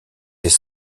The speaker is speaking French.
des